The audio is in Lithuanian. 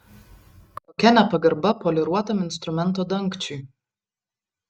kokia nepagarba poliruotam instrumento dangčiui